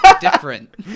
different